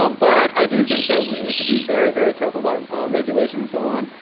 um but i do think that we need to be very, very careful about regulations so on.